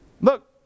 look